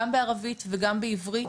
גם בערבית וגם בעברית,